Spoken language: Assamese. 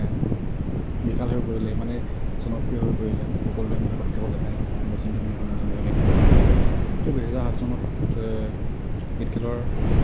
বিশাল হৈ পৰিলে ইমানেই জনপ্ৰিয় হৈ পৰিলে সকলোৰে মুখত কেৱল এটাই মহেন্দ্ৰ সিং ধোনী মহেন্দ্ৰ সিং ধোনী ত' দুহেজাৰ সাত চনত ক্ৰিকেট খেলৰ